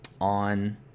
on